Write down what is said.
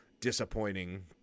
disappointing